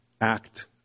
act